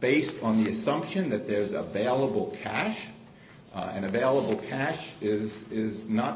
based on the assumption that there's a valuable cash and available cash is is not